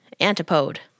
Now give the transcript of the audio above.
Antipode